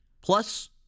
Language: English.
plus